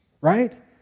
Right